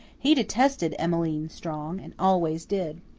he detested emmeline strong, and always did.